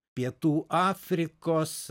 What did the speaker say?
pietų afrikos